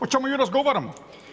O čemu mi razgovaramo.